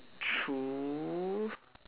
true